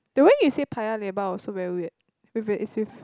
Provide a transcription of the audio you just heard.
the way you say Paya-Lebar also very weird it's with